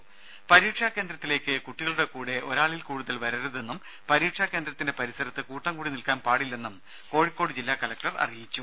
ദേദ പരീക്ഷാ കേന്ദ്രത്തിലേക്ക് കുട്ടികളുടെ കൂടെ ഒരാളിൽ കൂടുതൽ വരരുതെന്നും പരീക്ഷ കേന്ദ്രത്തിന്റെ പരിസരത്ത് കൂട്ടം കൂടി നിൽക്കാൻ പാടില്ലെന്നും കോഴിക്കോട് ജില്ലാ കലക്ടർ അറിയിച്ചു